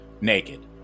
Naked